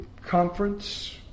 conference